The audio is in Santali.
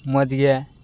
ᱢᱚᱡᱽ ᱜᱮ